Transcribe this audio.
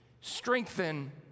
strengthen